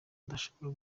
adashobora